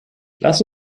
lass